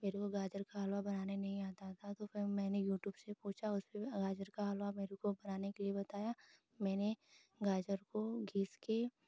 मेरे को गाजर का हलवा बनने नहीं आता था तो मैंने यूट्यूब से पूछा उसने गाजर का हलवा मेरे को बनाने के लिए बताया मैंने गाजर को घिस कर